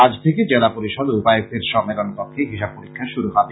আজ থেকে জেলা পরিষদ ও উপায়ুক্তের সম্মেলন কক্ষে হিসাব পরীক্ষা শুরু হবে